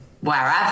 wherever